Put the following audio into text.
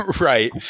right